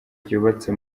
ryubatse